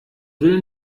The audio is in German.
will